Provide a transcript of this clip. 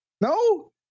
No